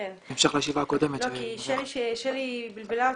כי שלי יחימוביץ בלבלה אותי,